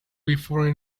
before